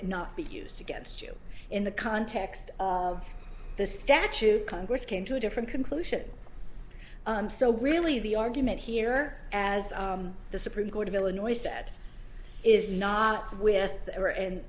it not be used against you in the context of the statute congress came to a different conclusion so really the argument here as the supreme court of illinois said is not with her and